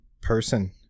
person